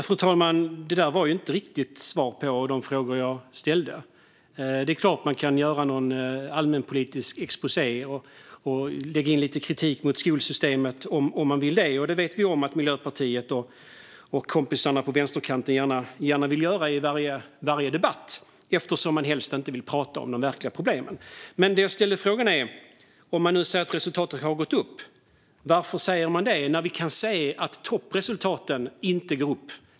Fru talman! Det där var inte riktigt svar på de frågor som jag ställde. Det är klart att man kan göra någon allmänpolitisk exposé och lägga in lite kritik mot skolsystemet om man vill det. Vi vet att Miljöpartiet och kompisarna på vänsterkanten gärna vill göra det i varje debatt, eftersom de helst inte vill prata om de verkliga problemen. De frågor jag ställde var: Varför säger man att resultaten har gått upp när vi kan se att toppresultaten inte går upp?